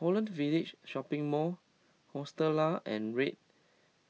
Holland Village Shopping Mall Hostel Lah and Red